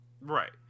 Right